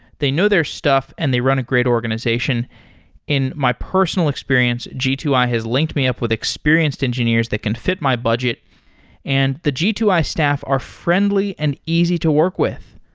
they know their stuff and they run a great organization in my personal experience, g two i has linked me up with experienced engineers that can fit my budget and the g two i staff are friendly and easy to work with.